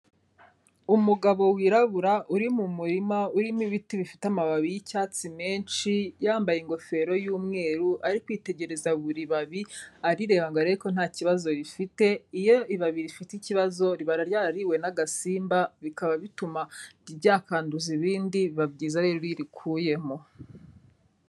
Umugabo wirabura, uri mu murima urimo ibiti bifite amababi y'icyatsi menshi, yambaye ingofero y'umweru, ari kwitegereza buri babi, arireba ngo arebe ko ntakibazo rifite, iyo ibabi rifite ikibazo riba ryarariwe n'agasimba bikaba bituma ryakwanduza ibindi, biba byiza rero iyo urikuyemo.